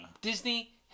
Disney